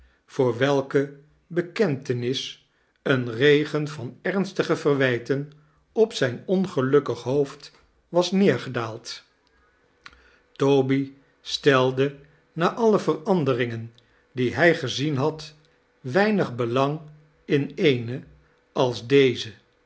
voor welke bekentenis een regen van ernstige verwijten op zijn ongelukkig hoofd was neergedaald toby stelde na alle veranderingen die hij gezien had weinig belang in eene als deze